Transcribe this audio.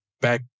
back